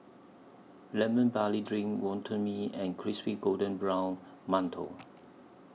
Lemon Barley Drink Wonton Mee and Crispy Golden Brown mantou